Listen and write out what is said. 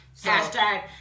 Hashtag